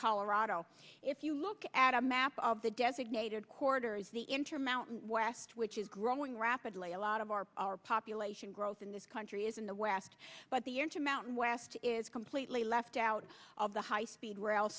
colorado if you look at a map of the designated quarter as the intermountain west which is growing rapidly a lot of our population growth in this country is in the west but the intermountain west is completely left out of the high speed rail